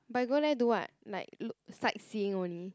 but you go there do what like look sightseeing only